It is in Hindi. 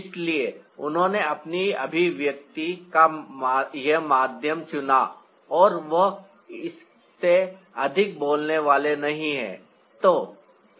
इसलिए उन्होंने अपनी अभिव्यक्ति का यह माध्यम चुना और वह इससे अधिक बोलने वाले नहीं हैं